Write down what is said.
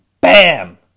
bam